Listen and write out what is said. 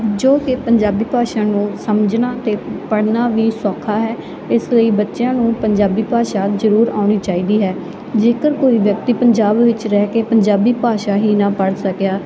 ਜੋ ਕਿ ਪੰਜਾਬੀ ਭਾਸ਼ਾ ਨੂੰ ਸਮਝਣਾ ਅਤੇ ਪੜ੍ਹਨਾ ਵੀ ਸੌਖਾ ਹੈ ਇਸ ਲਈ ਬੱਚਿਆਂ ਨੂੰ ਪੰਜਾਬੀ ਭਾਸ਼ਾ ਜ਼ਰੂਰ ਆਉਣੀ ਚਾਹੀਦੀ ਹੈ ਜੇਕਰ ਕੋਈ ਵਿਅਕਤੀ ਪੰਜਾਬ ਵਿੱਚ ਰਹਿ ਕੇ ਪੰਜਾਬੀ ਭਾਸ਼ਾ ਹੀ ਨਾ ਪੜ੍ਹ ਸਕਿਆ